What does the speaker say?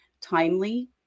timely